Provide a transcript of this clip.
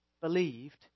believed